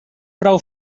prou